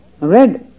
Red